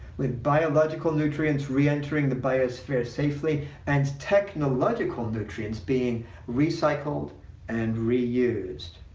with biological nutrients re-entering the biosphere safely and technological nutrients being recycled and re-used.